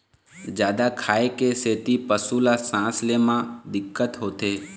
जादा खाए के सेती पशु ल सांस ले म दिक्कत होथे